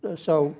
ah so